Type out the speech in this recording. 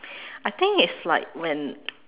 I think it's like when